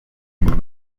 ibintu